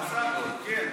עסאקלה, כן.